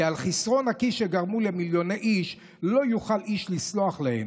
כי על חסרון הכיס שגרמו למיליוני איש לא יוכל איש לסלוח להם.